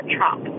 Trump